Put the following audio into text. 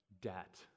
debt